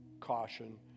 caution